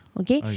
okay